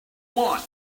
want